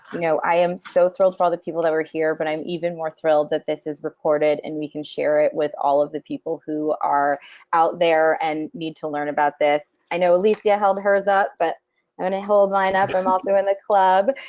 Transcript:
you know, i am so thrilled for all the people that were here, but i'm even more thrilled that this is recorded and we can share it with all of the people who are out there and need to learn about this. i know alicia held hers up but i'm gonna hold mine up i'm also in the club.